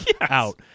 out